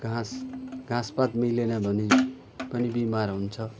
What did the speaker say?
घाँस घाँस पात मिलेन भने पनि बिमार हुन्छ